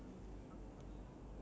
so they can hear back lah